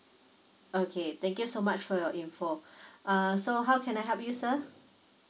okay thank you so much for your info uh so how can I help you sir